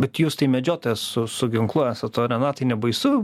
bet jūs tai medžiotojas su su ginklu esat o renatai nebaisu